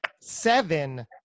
seven